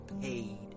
paid